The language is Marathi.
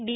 डी